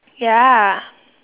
ya